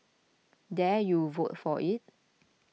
dare you vote for it